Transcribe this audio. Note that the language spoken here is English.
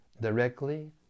directly